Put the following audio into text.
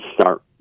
start